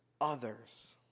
others